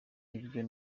ibyo